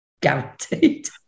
guaranteed